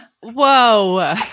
Whoa